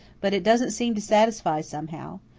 but it doesn't seem to satisfy, somehow.